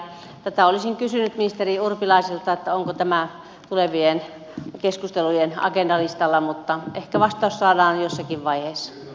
tätä olisin kysynyt ministeri urpilaiselta onko tämä tulevien keskustelujen agendalistalla mutta ehkä vastaus saadaan jossakin vaiheessa